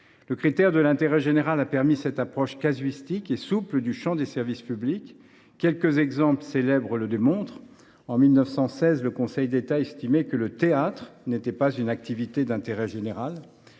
Le critère de l’intérêt général a permis d’adopter une approche casuistique et souple du champ des services publics. Quelques exemples célèbres le démontrent. En 1916, le Conseil d’État estimait que le théâtre n’était pas une activité d’intérêt général.